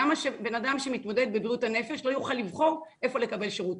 למה שבן אדם שמתמודד בבריאות הנפש לא יוכל לבחור איפה לקבל שירות?